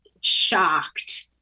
shocked